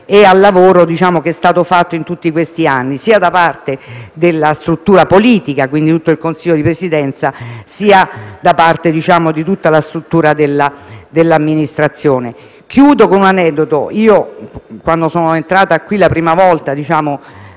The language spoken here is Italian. per il lavoro che è stato fatto in tutti questi anni, da parte sia della struttura politica, e quindi di tutto il Consiglio di Presidenza, che di tutta la struttura amministrativa. Chiudo con un aneddoto: quando sono entrata la prima volta in